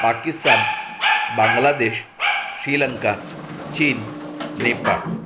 पाकिस्सान बांगलादेश श्रीलंका चीन नेपाळ